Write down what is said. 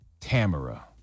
Tamara